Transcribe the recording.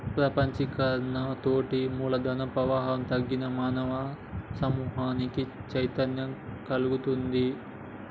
ప్రపంచీకరణతోటి మూలధన ప్రవాహం తగ్గి మానవ సమూహానికి చైతన్యం గల్గుతుంది